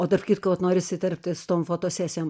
o tarp kitko vat norisi įterpti su tom fotosesijom